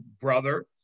brother